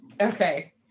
Okay